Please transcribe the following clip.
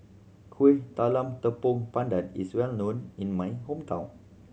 Kuih Talam Tepong Pandan is well known in my hometown